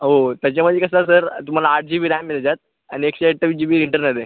हो त्याच्यामध्ये कसं सर तुम्हाला आठ जी बी रॅम मिळेल त्यात आणि एकशे अठ्ठावीस जी बी इंटर्नल आहे